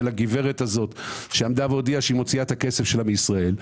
הגברת הזאת שעמדה והודיעה שהיא מוציאה את הכסף שלה מישראל.